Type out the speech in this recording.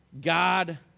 God